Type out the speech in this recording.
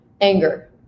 anger